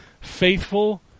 faithful